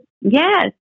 Yes